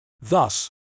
Thus